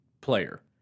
player